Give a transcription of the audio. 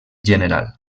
general